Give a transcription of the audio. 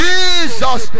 Jesus